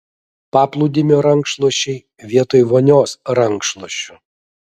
paplūdimio rankšluosčiai vietoj vonios rankšluosčių